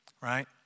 right